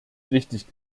richtig